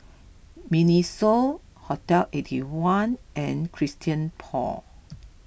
Miniso Hotel Eighty One and Christian Paul